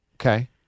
Okay